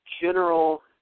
general –